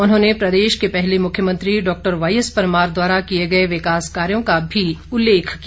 उन्होंने प्रदेश के पहले मुख्यमंत्री डॉक्टर वाई एस परमार द्वारा किए गए विकास कार्यों का भी उल्लेख किया